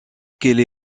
qu’elle